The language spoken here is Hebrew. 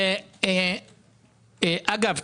אגב,